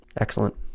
Excellent